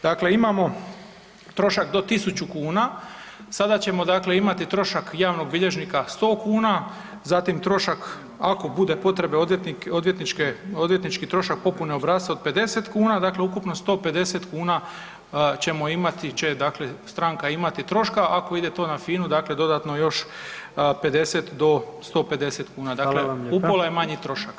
Dakle, imamo trošak do 1.000 kuna, sada ćemo dakle imati trošak javnog bilježnika 100 kuna, zatim trošak ako bude potrebe odvjetnički trošak popune obrasca 50 kuna, dakle ukupno 150 kuna ćemo imati, će dakle stranka imati troška, ako ide to na FINU dakle dodatno još 50 do 150 kuna, dakle upola je manji trošak.